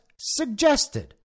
suggested